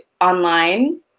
online